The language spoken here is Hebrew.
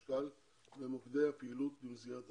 החשב הכללי במוקדי הפעילות במסגרת ההזנה.